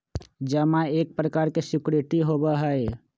जमा एक प्रकार के सिक्योरिटी होबा हई